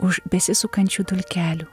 už besisukančių dulkelių